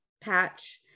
patch